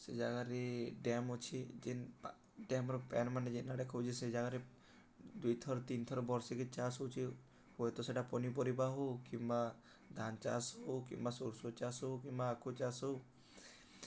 ସେ ଜାଗାରେ ଡ଼୍ୟାମ୍ ଅଛି ଯେନ୍ ଡ଼୍ୟାମର ପ୍ୟାନମାନୋନେ ଯେନ୍ ଆଡ଼େ କହୁଚେ ସେ ଜାଗାରେ ଦୁଇ ଥର୍ ତିନି ଥର୍ ବର୍ଷେିକି ଚାଷ୍ ହେଉଛି ହୁଏତ ସେଟା ପନିପରିବା ହଉ କିମ୍ବା ଧାନ ଚାଷ୍ ହଉ କିମ୍ବା ସୋର୍ଷ୍ ଚାଷ୍ ହଉ କିମ୍ବା ଆଖୁ ଚାଷ୍ ହଉ